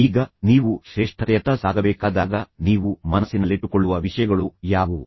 ಈಗ ನೀವು ಶ್ರೇಷ್ಠತೆಯತ್ತ ಸಾಗಬೇಕಾದಾಗ ನೀವು ಮನಸ್ಸಿನಲ್ಲಿಟ್ಟುಕೊಳ್ಳುವ ವಿಷಯಗಳು ಯಾವುವು